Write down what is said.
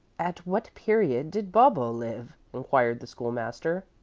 at what period did bobbo live? inquired the school-master.